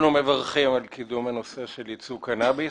מברכים על קידום הנושא של ייצוא קנאביס